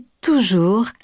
toujours